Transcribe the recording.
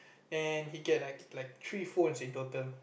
and he get like like three phones in total